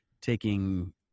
taking